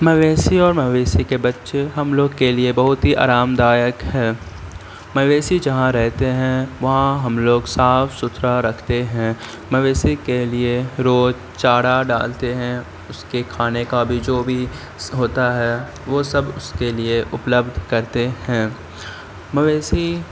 مویشی اور مویشی کے بچے ہم لوگ کے لیے بہت ہی آرام دایک ہے مویشی جہاں رہتے ہیں وہاں ہم لوگ صاف ستھرا رکھتے ہیں مویشی کے لیے روز چارا ڈالتے ہیں اس کے کھانے کا بھی جو بھی ہوتا ہے وہ سب اس کے لیے اپلبدھ کرتے ہیں مویشی